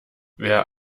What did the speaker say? wer